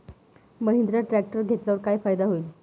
Mahindra tractor घेतल्यावर काय फायदा होईल?